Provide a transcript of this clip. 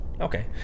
Okay